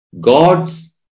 god's